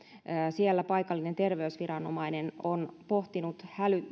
siellä paikallinen terveysviranomainen on pohtinut